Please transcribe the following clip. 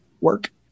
work